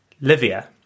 Livia